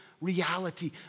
reality